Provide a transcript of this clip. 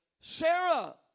Sarah